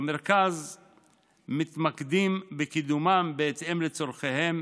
במרכז מתמקדים בקידומם בהתאם לצורכיהם